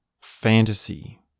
fantasy